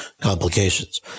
complications